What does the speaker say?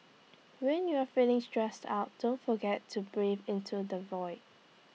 when you are feeling stressed out don't forget to breathe into the void